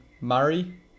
Murray